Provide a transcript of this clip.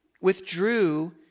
withdrew